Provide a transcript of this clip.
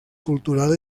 cultural